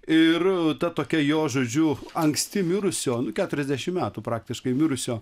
ir ta tokia jo žodžiu anksti mirusio nu keturiasdešimt metų praktiškai mirusio